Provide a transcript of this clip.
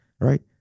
Right